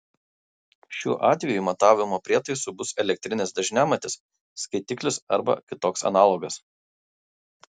šiuo atveju matavimo prietaisu bus elektrinis dažniamatis skaitiklis arba kitoks analogas